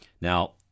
Now